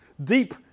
Deep